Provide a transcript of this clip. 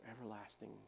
everlasting